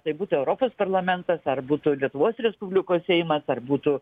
tai būtų europos parlamentas ar būtų lietuvos respublikos seimas ar būtų